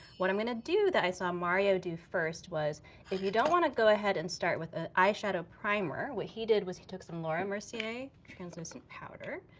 what i'm gonna do that i saw mario do first was if you don't want to go ahead and start with an eyeshadow primer, what he did was he took some laura mercier translucent powder,